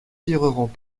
tireront